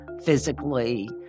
physically